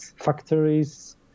factories